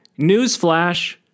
newsflash